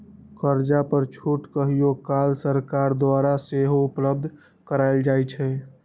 कर्जा पर छूट कहियो काल सरकार द्वारा सेहो उपलब्ध करायल जाइ छइ